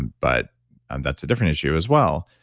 and but and that's a different issue as well.